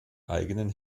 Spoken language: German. eigenen